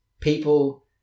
people